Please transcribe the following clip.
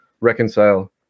reconcile